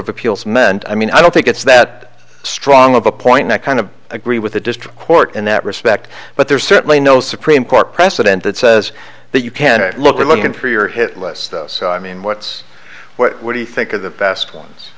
of appeals meant i mean i don't think it's that strong of a point that kind of agree with the district court in that respect but there's certainly no supreme court precedent that says that you can't look at looking for your hit list so i mean what's what what do you think of the best ones